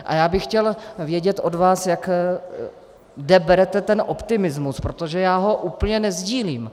A já bych chtěl vědět od vás, kde berete ten optimismus, protože já ho úplně nesdílím.